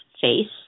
face